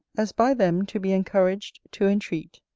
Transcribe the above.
as by them to be encouraged to entreat,